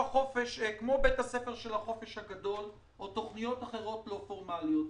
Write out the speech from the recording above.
כמו בית הספר של החופש הגדול או תכניות אחרות לא פורמליות.